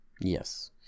Yes